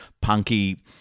punky